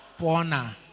Pona